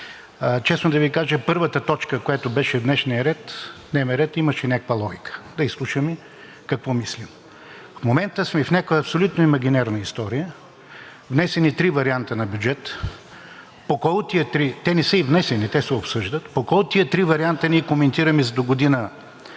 Честно да Ви кажа, първата точка, която беше в днешния дневен ред, имаше някаква логика – да изслушаме какво мислим. В момента сме в някаква абсолютно имагинерна история – внесени три варианта на бюджет. По кой от тези три… (Реплики.) Те не са и внесени. Те се обсъждат. По кой от тези три варианта ние коментираме за догодина